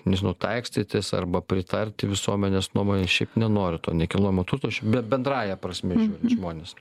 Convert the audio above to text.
nežinau taikstytis arba pritarti visuomenės nuomonei šiai nenori to nekilnojamojo turto šia be bendrąja prasme žiūrint žmonės